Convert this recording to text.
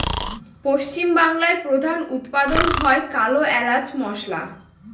পশ্চিম বাংলায় প্রধান উৎপাদন হয় কালো এলাচ মসলা